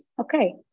okay